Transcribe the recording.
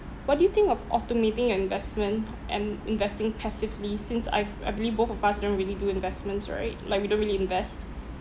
what do you think of automating your investment and investing passively since I've I believe both of us don't really do investments right like we don't really invest